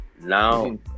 now